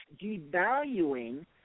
devaluing